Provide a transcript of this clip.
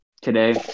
today